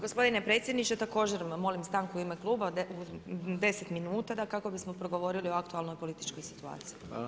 Gospodine predsjedniče, također molim stanku u ime kluba od 10 minuta kako bismo progovorili o aktualnoj političkoj situaciji.